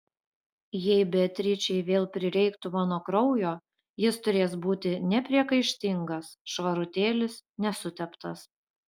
jei beatričei vėl prireiktų mano kraujo jis turės būti nepriekaištingas švarutėlis nesuteptas